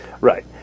Right